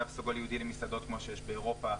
תו סגול ייעודי למסעדות כמו שיש באירופה,